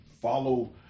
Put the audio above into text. follow